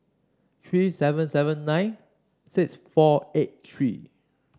three seven seven nine six four eight three